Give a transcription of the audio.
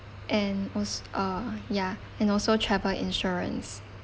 and also uh ya and also travel insurance